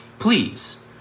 Please